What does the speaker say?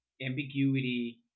ambiguity